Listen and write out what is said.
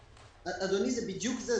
אדוני, זה בדיוק זה.